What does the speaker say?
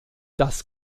das